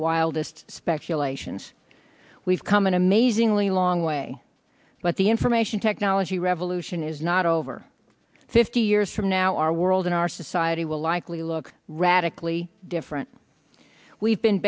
wildest speculations we've come an amazingly long way but the information technology revolution is not over fifty years from now our world in our society will likely look radically different we've been